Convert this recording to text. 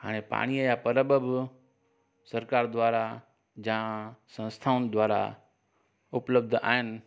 हाणे पाणीअ जा परब बि सरकार द्वारा जा संस्थाऊं द्वारा उपलब्ध आहिनि